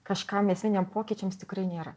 kažkam esminiam pokyčiams tikrai nėra